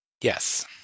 Yes